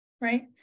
Right